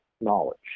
knowledge